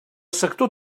sector